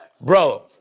bro